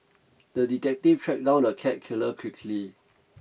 the detective tracked down the cat killer quickly